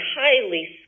highly